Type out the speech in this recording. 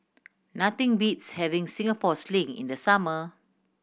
nothing beats having Singapore Sling in the summer